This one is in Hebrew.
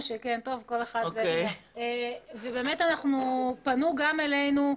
פנו גם אלינו.